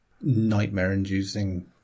nightmare-inducing